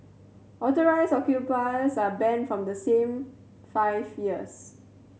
Authorised occupiers are banned from the same five years